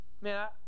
man